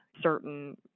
certain